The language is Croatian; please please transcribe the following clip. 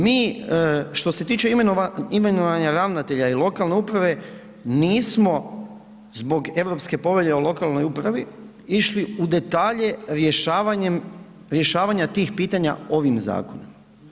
Mi, što se tiče imenovanja ravnatelja i lokalne uprave nismo zbog Europske povelje o lokalnoj upravi išli u detalje rješavanjem, rješavanja tih pitanja ovim zakonom.